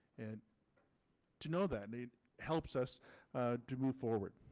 and to know that it helps us to move forward.